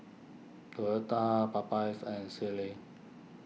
Toyota Popeyes and Sealy